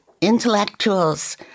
intellectuals